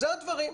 אלה הדברים.